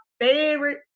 favorite